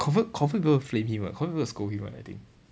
confirm confirm people will flame him [one] confirm people will scold him [one] I think